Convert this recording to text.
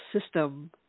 system